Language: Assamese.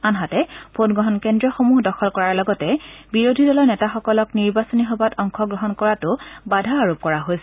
আনহাতে ভোটগ্ৰহণ কেন্দ্ৰসমূহ দখল কৰাৰ লগতে বিৰোধী দলৰ নেতাসকলক নিৰ্বাচনী সভাত অংশ গ্ৰহণ কৰাতো বাধা আৰোপ কৰা হৈছে